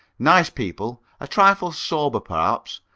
nice people a trifle sober, perhaps,